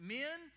men